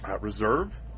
reserve